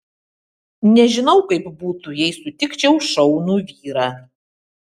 nežinau kaip būtų jei sutikčiau šaunų vyrą